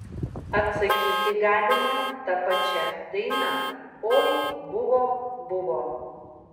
atsakyti galima ta pačia daina oi buvo buvo